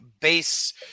base